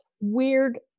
weird